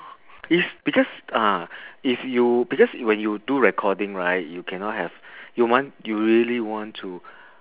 it's because uh if you because when you do recording right you cannot have you want you really want to